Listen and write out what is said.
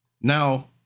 Now